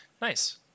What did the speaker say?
nice